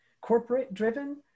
corporate-driven